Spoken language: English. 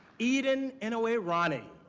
he'deden inoway-ronnie,